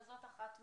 וזו אחת מהן.